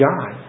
God